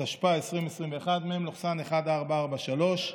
התשפ"א 2021, מ/1443.